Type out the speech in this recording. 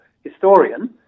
historian